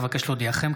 אבקש להודיעכם,